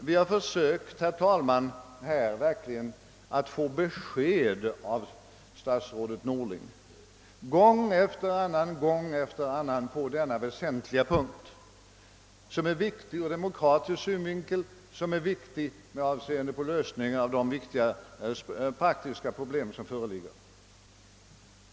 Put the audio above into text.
Vi har, herr talman, gång efter annan verkligen försökt få ett besked av statsrådet Norling på denna väsentliga punkt; den är viktig ur demokratisk synvinkel och den är viktig med avseende på lösningen av de stora praktiska problem som föreligger.